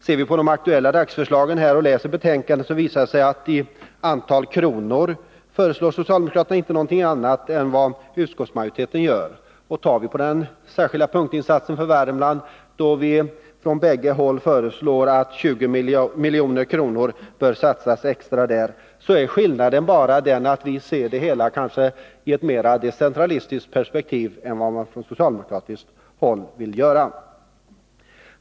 Ser vi på de för dagen aktuella förslagen och läser betänkandet, visar det sig att i antal kronor föreslår socialdemokraterna inte något annat än vad utskottsmajoriteten gör. Och tar vi punktinsatsen för Värmland, där vi från bägge håll föreslår att 20 miljoner skall satsas extra, är skillnaden bara den att vi kanske ser det hela i ett mer decentralistiskt perspektiv än man från socialdemokratiskt håll vill göra.